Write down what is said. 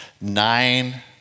nine